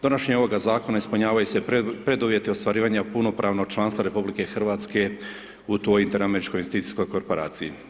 Donošenje ovoga Zakona ispunjavaju se preduvjeti ostvarivanja punopravnog članstva RH u toj Inter-Američkoj investicijskoj korporaciji.